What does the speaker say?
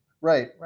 Right